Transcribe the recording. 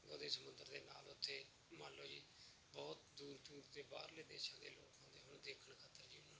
ਕਦੇ ਸਮੁੰਦਰ ਦੇ ਨਾਲ ਉੱਥੇ ਮੰਨ ਲਓ ਜੀ ਬਹੁਤ ਦੂਰ ਦੂਰ ਦੇ ਬਾਹਰਲੇ ਦੇਸ਼ਾਂ ਦੇ ਲੋਕ ਆਉਂਦੇ ਹਨ ਦੇਖਣ ਖਾਤਰ ਜੀ